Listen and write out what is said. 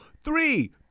three